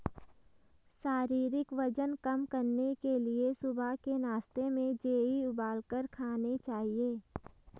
शारीरिक वजन कम करने के लिए सुबह के नाश्ते में जेई उबालकर खाने चाहिए